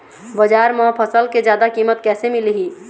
बजार म फसल के जादा कीमत कैसे मिलही?